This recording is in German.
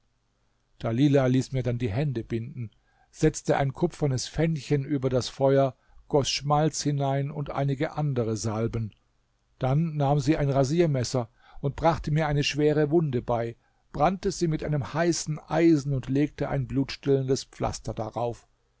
dalila ließ mir dann die hände binden setzte ein kupfernes pfännchen über das feuer goß schmalz hinein und einige andere salben dann nahm sie ein rasiermesser und brachte mir eine schwere wunde bei brannte sie mit einem heißen eisen und legte ein blutstillendes pflaster darauf